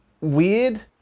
weird